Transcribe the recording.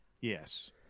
Yes